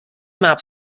maps